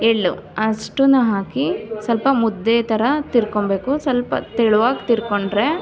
ಎಳ್ಳು ಅಷ್ಟೂ ಹಾಕಿ ಸ್ವಲ್ಪ ಮುದ್ದೆ ಥರ ತಿರ್ಕೊಂಬೇಕು ಸ್ವಲ್ಪ ತೆಳುವಾಗಿ ತಿರ್ಕೊಂಡ್ರೆ